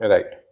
Right